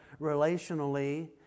relationally